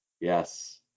yes